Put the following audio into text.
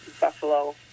buffalo